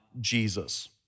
Jesus